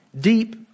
Deep